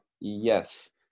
Yes